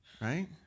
right